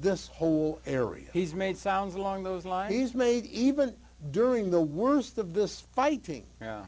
this whole area he's made sounds along those lines he's made even during the worst of this fighting